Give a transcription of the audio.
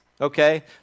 Okay